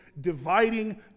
dividing